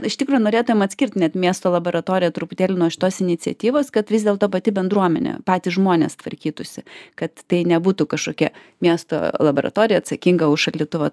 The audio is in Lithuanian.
iš tikrųjų norėtumėm atskirt net miesto laboratoriją truputėlį nuo šitos iniciatyvos kad vis dėlto pati bendruomenė patys žmonės tvarkytųsi kad tai nebūtų kažkokia miesto laboratorija atsakinga už šaldytuvo